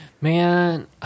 Man